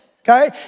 Okay